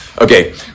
Okay